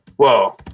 Whoa